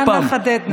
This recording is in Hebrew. אנא חדד נא.